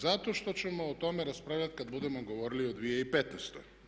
Zato što ćemo o tome raspravljati kad budemo govorili o 2015.